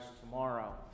tomorrow